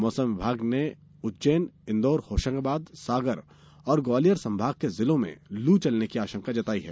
मौसम विभाग ने उज्जैन इन्दौर होशंगाबाद सागर और ग्वालियर संभाग के जिलों में लू चलने की आशंका जताई है